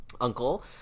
Uncle